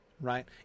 Right